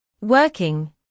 working